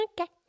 Okay